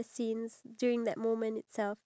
oh gosh